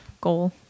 goal